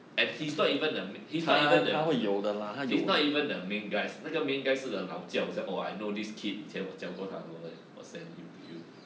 and he's not even the me~ he's not even the he's not even the main guys 那个 main guy 是 a laojiao sia oh I know this kid 以前我教过他对不对我 send him to you